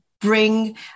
bring